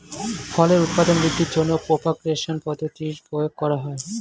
ফলের উৎপাদন বৃদ্ধির জন্য প্রপাগেশন পদ্ধতির প্রয়োগ করা হয়